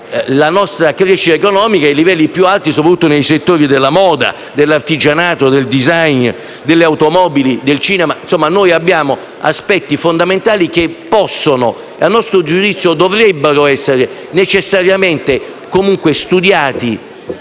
la nostra crescita economica ai livelli più alti, soprattutto nei settori della moda, dell'artigianato, del *design*, delle automobili e del cinema. Abbiamo insomma aspetti fondamentali che possono essere - e, a nostro giudizio, dovrebbero esserlo necessariamente - studiati,